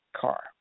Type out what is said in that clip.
car